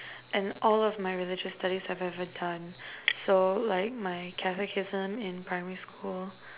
and all of my religious studies I've ever done so like my catechism in primary school